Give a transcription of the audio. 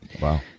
Wow